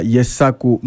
Yesaku